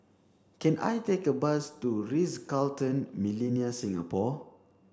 can I take a bus to Ritz Carlton Millenia Singapore